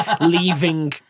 leaving